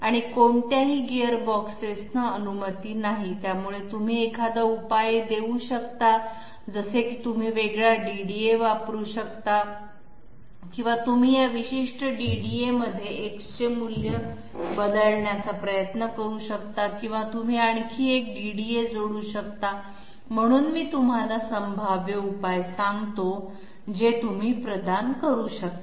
आणि कोणत्याही गिअरबॉक्सेसना अनुमती नाही त्यामुळे तुम्ही एखादा उपाय देऊ शकता जसे की तुम्ही वेगळा DDA वापरू शकता किंवा तुम्ही या विशिष्ट DDA मध्ये X चे मूल्य बदलण्याचा प्रयत्न करू शकता किंवा तुम्ही आणखी एक DDA जोडू शकता म्हणून मी तुम्हाला संभाव्य उपाय सांगतो जे तुम्ही प्रदान करू शकता